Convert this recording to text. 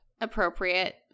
appropriate